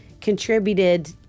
contributed